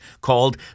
called